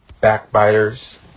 backbiters